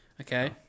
okay